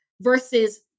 versus